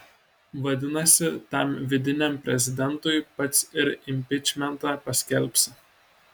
vadinasi tam vidiniam prezidentui pats ir impičmentą paskelbsi